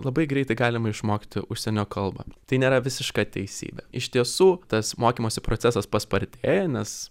labai greitai galima išmokti užsienio kalbą tai nėra visiška teisybė iš tiesų tas mokymosi procesas paspartėja nes